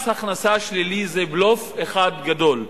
מס הכנסה שלילי זה בלוף אחד גדול.